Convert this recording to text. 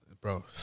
Bro